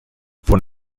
von